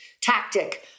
tactic